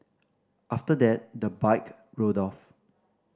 after that the bike rode off